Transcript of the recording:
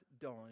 dying